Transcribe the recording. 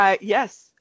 yes